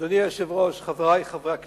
אדוני היושב-ראש, חברי חברי הכנסת,